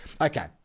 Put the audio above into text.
Okay